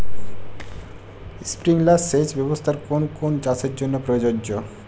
Sprinkler সেচ ব্যবস্থার কোন কোন চাষের জন্য প্রযোজ্য?